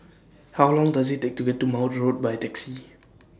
How Long Does IT Take to get to Maude Road By Taxi